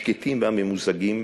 השקטים והממוזגים,